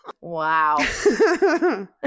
Wow